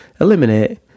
Eliminate